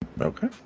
Okay